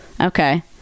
Okay